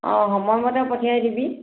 অঁ সময়মতে পঠিয়াই দিবি